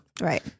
right